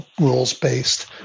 rules-based